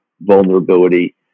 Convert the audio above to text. vulnerability